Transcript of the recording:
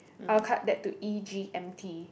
I'll cut that to e_g_m_t